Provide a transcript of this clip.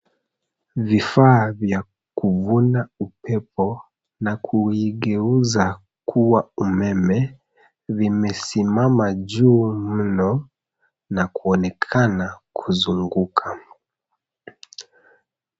Vifaa vya kuvuna upepo, na kuigeuza kuwa umeme vimesimama juu mno na kuonekana kuzunguka.